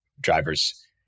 drivers